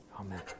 Amen